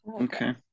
Okay